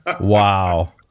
wow